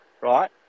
right